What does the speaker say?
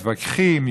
מתווכחים,